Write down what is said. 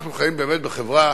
אנחנו חיים באמת בחברה